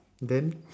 then